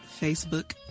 Facebook